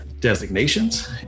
designations